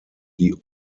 die